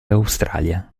australia